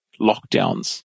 lockdowns